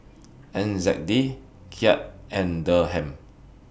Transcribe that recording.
N Z D Kyat and Dirham